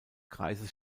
kreises